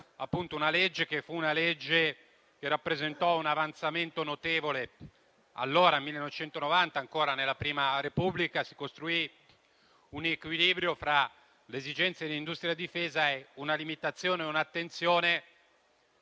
una legge che rappresentò un avanzamento notevole. Nel 1990, nell'allora Prima Repubblica, si costruì un equilibrio fra le esigenze dell'industria e della difesa e una limitazione e un'attenzione